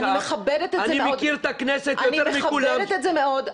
אני מכיר את הכנסת יותר מכולם --- אני מכבדת את זה מאוד,